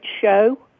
show